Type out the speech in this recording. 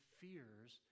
fears